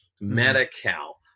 Medi-Cal